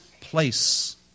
place